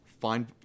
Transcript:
find